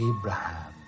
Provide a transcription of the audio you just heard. Abraham